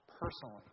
Personally